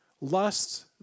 Lust